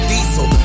Diesel